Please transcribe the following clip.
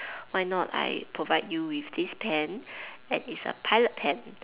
why not I provide you with this pen and it's a pilot pen